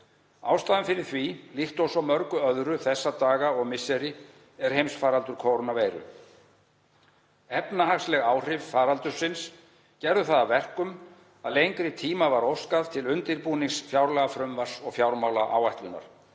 Ástæðan fyrir því, líkt og svo mörgu öðru þessa daga og misseri, er heimsfaraldur kórónuveiru. Efnahagsleg áhrif faraldursins gerðu það að verkum að lengri tíma var óskað til undirbúnings fjárlagafrumvarps og fjármálaáætlunar,